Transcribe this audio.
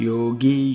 Yogi